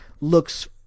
looks